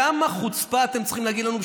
כמה חוצפה אתם צריכים כדי להגיד לנו,